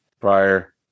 prior –